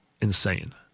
insane